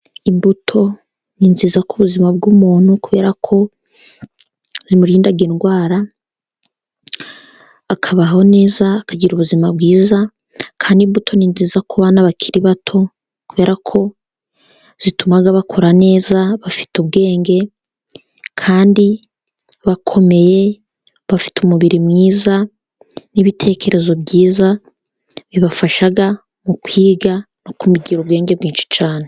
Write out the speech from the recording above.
Imbuto ni nziza ku buzima bw'umuntu, kubera ko zimurinda indwara akabaho neza, akagira ubuzima bwiza. Kandi imbuto ni nziza ku bana bakiri bato, kubera ko zituma bakura neza, bafite ubwenge, kandi bakomeye, bafite umubiri mwiza n'ibitekerezo byiza, bibafasha mu kwiga no kugira ubwenge bwinshi cyane.